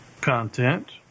content